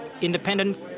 Independent